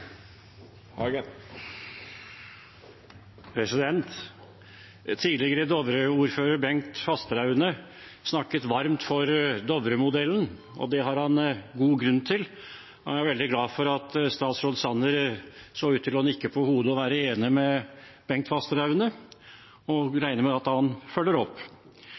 Tidligere Dovre-ordfører Bengt Fasteraune snakket varmt for Dovre-modellen. Det har han god grunn til. Jeg er veldig glad for at statsråd Sanner så ut til å nikke og være enig med Bengt Fasteraune, og regner med at han følger opp.